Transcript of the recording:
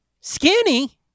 skinny